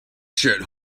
shirt